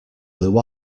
blew